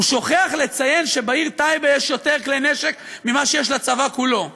הוא שוכח לציין שבעיר טייבה יש יותר כלי נשק ממה שיש לצבא כולו,